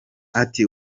ati